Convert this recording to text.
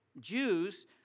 Jews